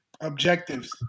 objectives